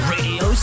Radio